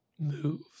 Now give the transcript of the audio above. move